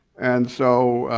and so,